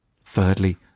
Thirdly